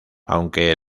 aunque